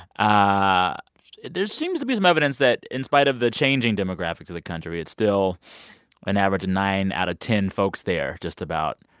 ah there seems to be some evidence that in spite of the changing demographics of the country, it's still an average of nine out of ten folks there, just about,